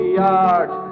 yard